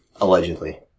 Allegedly